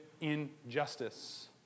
injustice